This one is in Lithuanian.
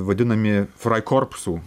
vadinami fraikorpsų